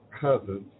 cousins